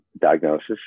diagnosis